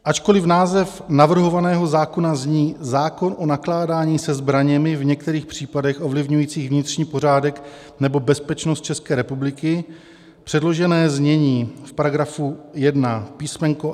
Ačkoliv název navrhovaného zákona zní zákon o nakládání se zbraněmi v některých případech ovlivňujících vnitřní pořádek nebo bezpečnost České republiky, předložené znění § 1 písm.